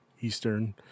Eastern